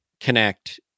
Connect